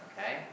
okay